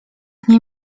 nie